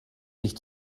sich